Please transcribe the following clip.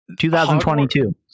2022